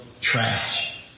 trash